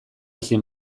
ezin